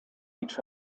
each